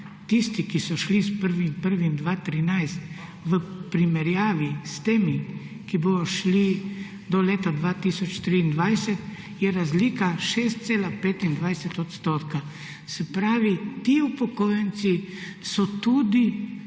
tisti, ki so šli s 1. 1. 2013, v primerjavi s temi, ki bodo šli do leta 2023, je razlika 6,25 odstotka. Se pravi, ti upokojenci so tudi